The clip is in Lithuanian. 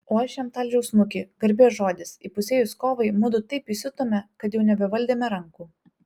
o aš jam talžau snukį garbės žodis įpusėjus kovai mudu taip įsiutome kad jau nebevaldėme rankų